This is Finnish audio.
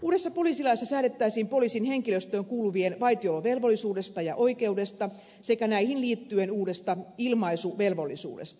uudessa poliisilaissa säädettäisiin poliisin henkilöstöön kuuluvien vaitiolovelvollisuudesta ja oikeudesta sekä näihin liittyen uudesta ilmaisuvelvollisuudesta